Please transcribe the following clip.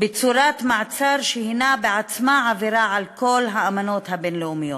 בצורת מעצר שהיא בעצמה עבירה על כל האמנות הבין-לאומיות,